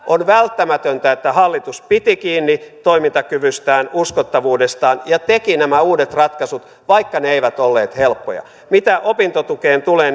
on välttämätöntä että hallitus piti kiinni toimintakyvystään uskottavuudestaan ja teki nämä uudet ratkaisut vaikka ne eivät olleet helppoja mitä opintotukeen tulee